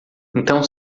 então